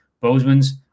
Bozeman's